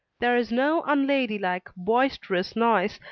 there is no unladylike, boisterous noise,